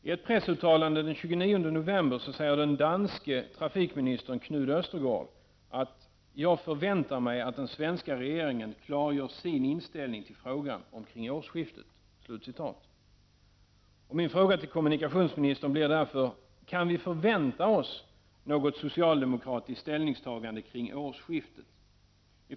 I ett pressuttalande den 29 november säger den danske trafikministern Knud Ostergaard: ”Jag förväntar mig, att den svenska regeringen klargör sin inställning till frågan omkring årsskiftet.” Min fråga till kommunikationsministern blir därför: Kan vi förvänta oss något socialdemokratiskt ställningstagande kring årsskiftet?